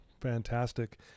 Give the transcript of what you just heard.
fantastic